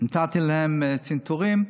נתתי להם צנתורים.